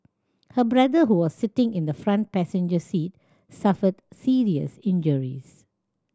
her brother who was sitting in the front passenger seat suffered serious injuries